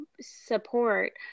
support